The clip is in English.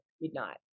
midnight